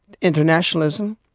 Internationalism